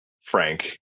frank